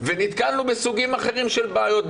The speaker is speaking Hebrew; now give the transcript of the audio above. ונתקלנו בסוגים אחרים של בעיות.